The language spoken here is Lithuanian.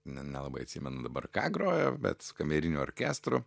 ne nelabai atsimenu dabar ką grojo bet su kameriniu orkestru